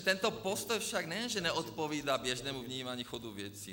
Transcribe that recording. Tento postoj však nejen že neodpovídá běžnému vnímání chodu věcí.